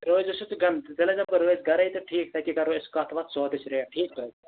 روزِ سُہ تہٕ گَرَے تہٕ ٹھیٖک تَتی کَرو أسۍ کَتھ وَتھ حَظ سودٕہچ ریٹ ٹھیٖک حظ